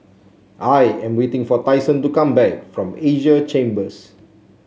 I am waiting for Tyson to come back from Asia Chambers